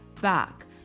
back